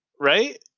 right